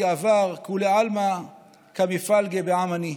עבר / כולי עלמא קא מְפַלגי בעת עני.